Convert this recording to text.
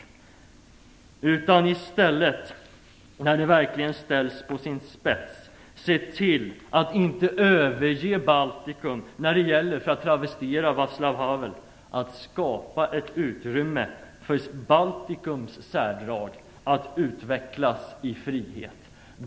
Se i stället till, när det verkligen ställs på sin spets, att inte överge Baltikum när det gäller - för att travestera Václav Havel - att skapa ett utrymme för Baltikums särdrag att utvecklas i frihet.